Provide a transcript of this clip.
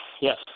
Yes